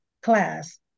class